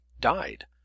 died